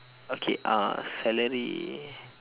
okay uh celery